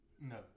No